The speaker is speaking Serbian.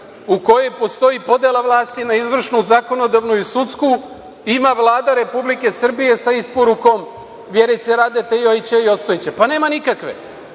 u kojoj postoji podela vlasti na izvršnu, zakonodavnu i sudsku, ima Vlada Republike Srbije sa isporukom Vjerice Radete, Jojića i Ostojića? Pa, nema nikakve.